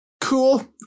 cool